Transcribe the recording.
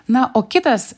na o kitas